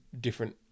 different